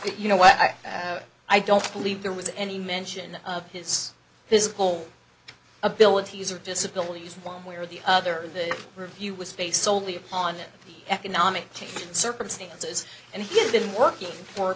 you know what i have i don't believe there was any mention of his physical abilities or disabilities one way or the other the review was based soley upon the economic circumstances and he has been working for a